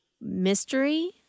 mystery